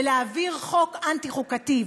ולהעביר חוק אנטי-חוקתי?